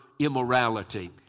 immorality